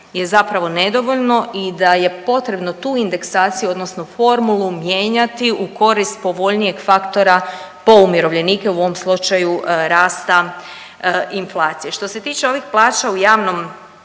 je zapravo nedovoljno i da je potrebno tu indeksaciju odnosno formulu mijenjati u korist povoljnijeg faktora po umirovljenike, u ovom slučaju rasta inflacije. Što se tiče ovih plaća u javnom